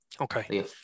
Okay